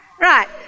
Right